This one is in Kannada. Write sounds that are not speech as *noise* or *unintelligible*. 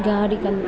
ಗಾಡಿ *unintelligible*